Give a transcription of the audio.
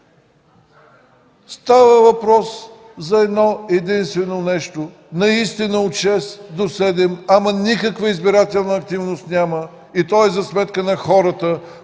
Става въпрос за едно-единствено нещо. Наистина от шест до седем часа няма никаква избирателна активност и то е за сметка на хората,